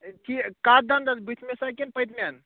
ہے کہِ کَتھ دَندَس بٕتھِ مس ہا کِنہٕ پٔتمٮ۪ن